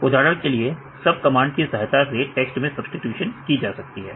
उदाहरण के लिए सब कमांड की सहायता से टेक्स्ट में सब्स्टिटूशन की जा सकती है